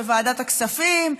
בוועדת הכספים,